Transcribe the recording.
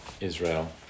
Israel